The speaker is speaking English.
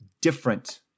different